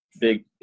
big